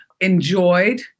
enjoyed